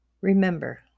Remember